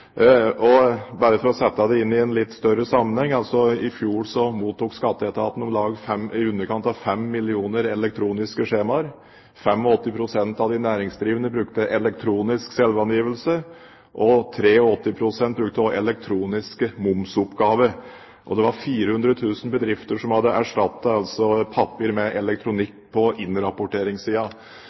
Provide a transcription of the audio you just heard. Bare for å sette det inn i en litt større sammenheng: I fjor mottok Skatteetaten i underkant av 5 millioner elektroniske skjemaer. 85 pst. av de næringsdrivende brukte elektronisk selvangivelse, og 83 pst. brukte også elektronisk momsoppgave. Det var altså 400 000 bedrifter som hadde erstattet papir med elektronikk på